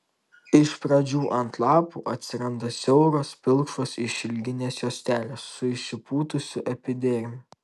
iš pradžių ant lapų atsiranda siauros pilkšvos išilginės juostelės su išsipūtusiu epidermiu